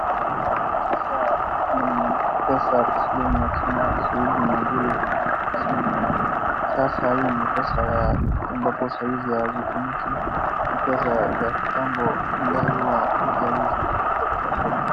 Hapo sasa ni pesa taslimu ya Kenya shilingi mia mbili na hamsini. Sasa hii ni pesa ya ambapo saa hizi hazitumiki. Ni pesa za kitambo ambayo huwa saa hizi zimetoka kwa soko.